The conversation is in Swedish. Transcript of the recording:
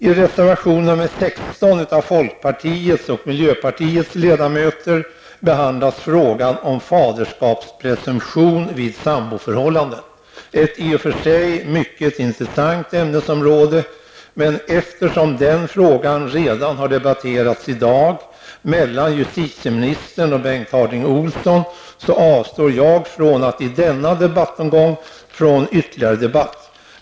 I reservation 16 av folkpartiets och miljöpartiets ledamöter behandlas frågan om faderskapspresumtion vid samboförhållande, ett i och för sig mycket intressant ämnesområde. Eftersom den frågan redan har debatterats i dag mellan justitieministern och Bengt Harding Olsson, avstår jag i denna debattomgång från ytterligare kommentar.